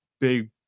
big